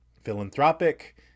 philanthropic